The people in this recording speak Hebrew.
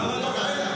ידידי,